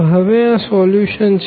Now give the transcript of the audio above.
તો હવે આ સોલ્યુશન છે